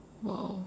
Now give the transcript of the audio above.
!wow!